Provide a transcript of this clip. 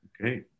Okay